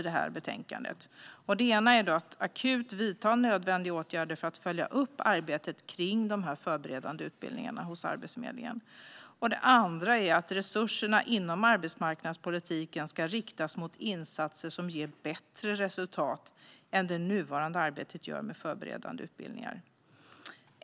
Det ena tillkännagivandet handlar om att akut vidta nödvändiga åtgärder för att följa upp arbetet med de förberedande utbildningarna hos Arbetsförmedlingen. Det andra handlar om att resurserna inom arbetsmarknadspolitiken ska riktas mot insatser som ger bättre resultat än det nuvarande arbetet med förberedande utbildningar gör.